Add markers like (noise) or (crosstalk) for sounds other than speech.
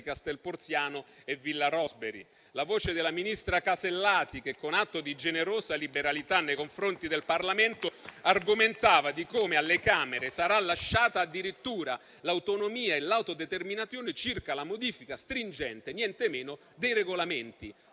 Castelporziano e Villa Rosebery. (applause) O cito la voce della ministra Casellati, che, con atto di generosa liberalità nei confronti del Parlamento, argomentava di come alle Camere saranno lasciate addirittura l'autonomia e l'autodeterminazione circa la modifica stringente - nientemeno - dei Regolamenti.